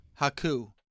Haku